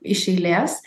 iš eilės